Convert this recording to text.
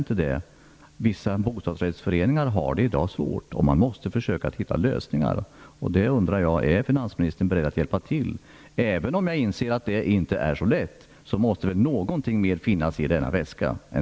Vissa bostadsrättsföreningar har svårigheter i dag, och man måste försöka hitta lösningar för dem. Är finansministern beredd att hjälpa till? Även om jag inser att det inte är så lätt, måste det finnas något mer i akutväskan.